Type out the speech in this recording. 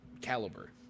caliber